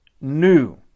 new